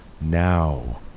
now